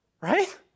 Right